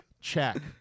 Check